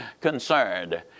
concerned